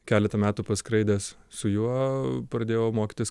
keletą metų paskraidęs su juo pradėjau mokytis